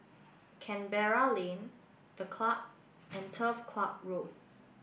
Canberra Lane The Club and Turf Ciub Road